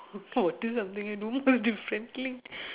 what is something I do most differently